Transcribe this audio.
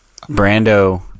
brando